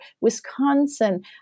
Wisconsin